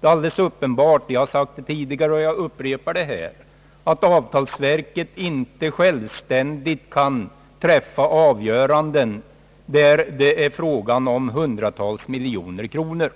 Det är alldeles uppenbart — jag har påpekat det tidigare och jag upprepar det nu — att avtalsverket inte självständigt kan träffa avgöranden i frågor som gäller hundratals miljoner kronor.